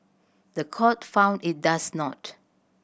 the court found it does not